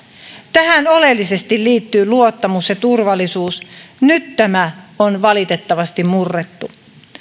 tähän oleellisesti liittyy luottamus ja turvallisuus nyt tämä on valitettavasti murrettu